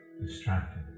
distracted